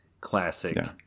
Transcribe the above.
classic